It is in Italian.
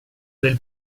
del